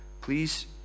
Please